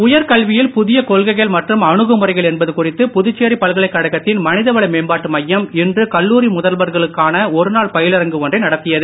உயர்கல்வியில் புதிய கொள்கைகள் மற்றும் அணுகுமுறைகள் என்பது குறித்து புதுச்சேரி பல்கலைக்கழகத்தின் மனிதவள மேம்பாட்டு மையம் இன்று கல்லூரி முதல்வர்களுக்கான ஒரு நாள் பயிலரங்கு ஒன்றை நடத்தியது